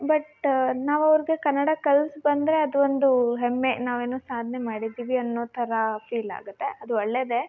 but ನಾವು ಅವ್ರಿಗೆ ಕನ್ನಡ ಕಲ್ಸಿ ಬಂದರೆ ಅದೊಂದು ಹೆಮ್ಮೆ ನಾವು ಏನೋ ಸಾಧನೆ ಮಾಡಿದ್ದೀವಿ ಅನ್ನೋ ಥರ ಫೀಲ್ ಆಗುತ್ತೆ ಅದು ಒಳ್ಳೆದೆ